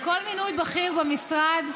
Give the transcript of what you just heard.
בכל מינוי בכיר במשרד,